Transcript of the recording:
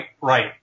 right